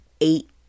eight